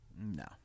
No